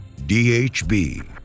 DHB